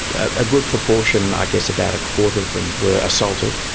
a good proportion, i guess about a quarter of them were assaulted,